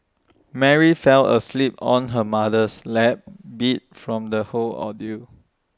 Mary fell asleep on her mother's lap beat from the whole ordeal